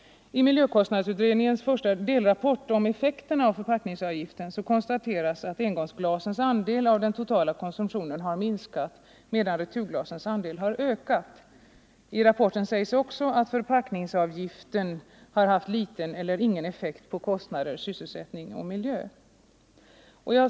I miljökostnadsutredningens första delrapport om effekterna av förpackningsavgiften konstateras att engångsglasens andel av den totala konsumtionen har minskat medan returglasens andel har ökat. I rapporten sägs också att förpackningsavgiften haft liten eller ingen effekt på kostnader, sysselsättning och miljö.